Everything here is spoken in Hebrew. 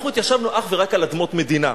אנחנו התיישבנו אך ורק על אדמות מדינה.